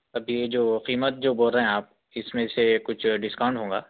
اب یہ جو قیمت جو بول رہے ہیں آپ اس میں سے کچھ ڈسکاؤنٹ ہونگا